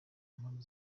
impamvu